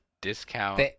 discount